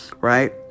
right